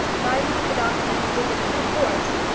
my reading the document will give it no force.